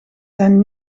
zijn